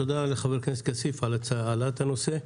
תודה לחבר הכנסת כסיף על העלאת הנושא.